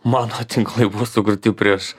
mano tinklai buvo sukurti prieš